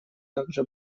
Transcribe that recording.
также